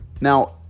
Now